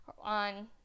on